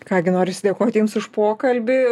ką gi norisi dėkoti jums už pokalbį